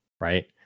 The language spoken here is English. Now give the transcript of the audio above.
right